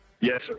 Yes